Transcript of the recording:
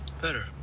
Better